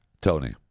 Tony